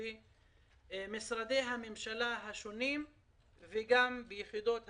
במשרדי הממשלה השונים וביחידות הסמך.